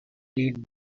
did